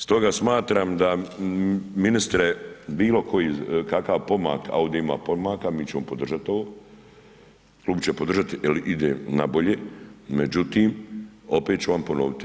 Stoga smatram da, ministre, bilo koji, kakav pomak, a ovdje ima pomaka, mi ćemo podržati ovo, klub će podržati jer ide na bolje, međutim, opet ću vam ponoviti.